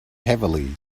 heavily